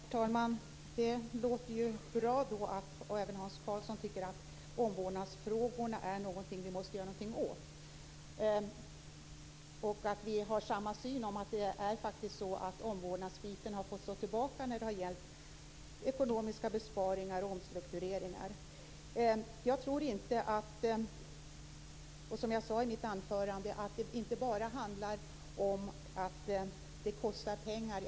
Herr talman! Det låter bra att även Hans Karlsson tycker att vi måste göra något åt omvårdnadsfrågorna. Det är bra att vi har samma syn när det gäller att det faktiskt är så att omvårdnaden har fått stå tillbaka när det har gällt ekonomiska besparingar och omstruktureringar. Jag tror, som jag sade i mitt anförande, inte bara att det här kostar pengar.